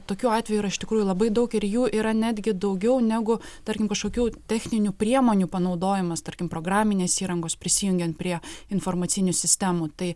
tokių atvejų yra iš tikrųjų labai daug ir jų yra netgi daugiau negu tarkim kažkokių techninių priemonių panaudojimas tarkim programinės įrangos prisijungiant prie informacinių sistemų tai